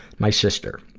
my sister.